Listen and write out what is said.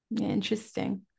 Interesting